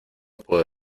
puedo